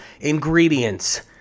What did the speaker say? ingredients